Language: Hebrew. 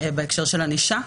בהקשר של ענישה.